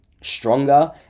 stronger